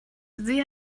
sie